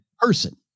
person